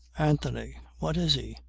anthony. what is he?